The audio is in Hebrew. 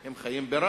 הם חיים בראמה,